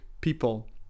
people